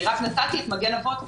אני רק נתתי את מגן אבות כדוגמה.